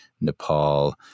Nepal